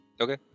okay